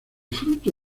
fruto